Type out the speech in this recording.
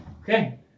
Okay